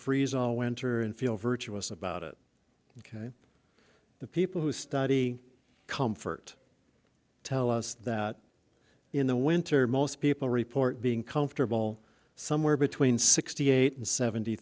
freeze all winter and feel virtuous about it ok the people who study comfort tell us that in the winter most people report being comfortable somewhere between sixty eight and seventy